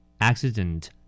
Accident